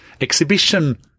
exhibition